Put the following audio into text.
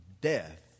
death